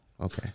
Okay